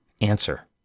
Answer